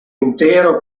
intero